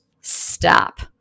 stop